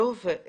טוב,